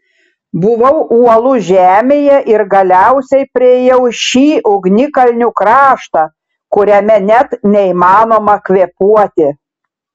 buvau uolų žemėje ir galiausiai priėjau šį ugnikalnių kraštą kuriame net neįmanoma kvėpuoti